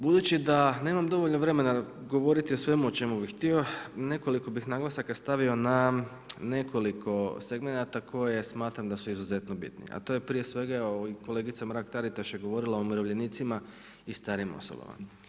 Budući da nemam dovoljno vremena govoriti o svemu o čemu bih htio nekoliko bih naglasaka stavio na nekoliko segmenata koje smatram da su izuzetno bitni, a to je prije svega evo i kolegica Mrak Taritaš je govorila o umirovljenicima i starim osobama.